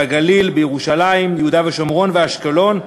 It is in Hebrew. בגליל, בירושלים, ביהודה ושומרון ובאשקלון,